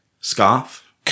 Scoff